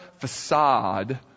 facade